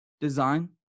design